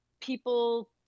People